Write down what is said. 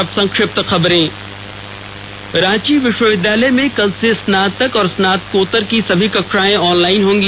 और अब संक्षिप्त खबरें रांची विश्वविद्यालय में कल से स्नातक और स्नातकोत्तर की सभी कक्षायें ऑनलाइन होंगी